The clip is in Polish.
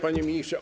Panie Ministrze!